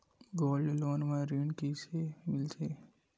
Gold loan म ऋण कइसे मिलथे?